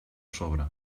sobre